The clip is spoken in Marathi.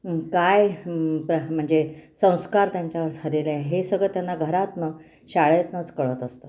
काय प्र म्हणजे संस्कार त्यांच्या झालेले आहे हे सगळं त्यांना घरातून शाळेतूनच कळत असतं